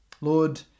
Lord